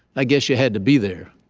i guess you had to be there.